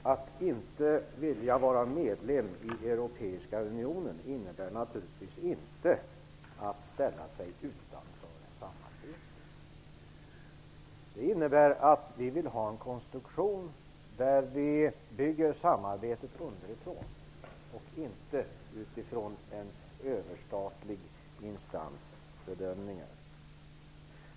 Fru talman! Att vi inte vill att Sverige skall vara medlem i Europeiska unionen innebär naturligtvis inte att vi vill att Sverige ställer sig utanför samarbete. Det innebär att vi vill ha en konstruktion där vi bygger samarbetet underifrån och inte utifrån en överstatlig instans bedömningar.